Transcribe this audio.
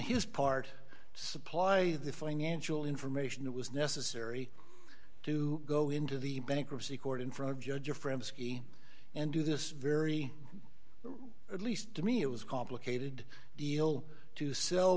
his part supply the financial information that was necessary to go into the bankruptcy court in front of judge your friend ski and do this very at least to me it was complicated deal to sell